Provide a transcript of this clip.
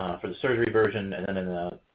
for the surgery version. and and in